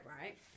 right